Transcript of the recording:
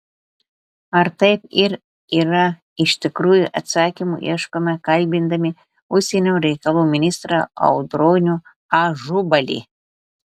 ar taip ir yra iš tikrųjų atsakymų ieškome kalbindami užsienio reikalų ministrą audronių ažubalį